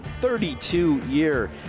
32-year